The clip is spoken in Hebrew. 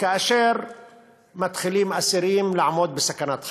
כאשר אסירים מתחילים להיות בסכנת חיים.